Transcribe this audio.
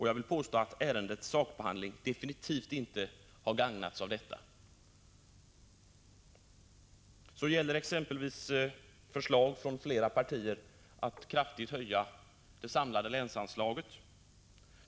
Jag vill påstå att ärendets sakbehandling definitivt inte har gagnats av detta. Så gäller exempelvis förslag från flera partier att kraftigt höja det samlade länsanslaget.